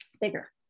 bigger